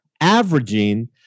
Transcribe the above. averaging